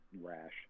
rash